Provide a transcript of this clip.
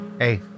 Hey